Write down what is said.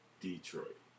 Detroit